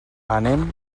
anem